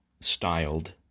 styled